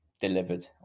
delivered